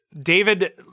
David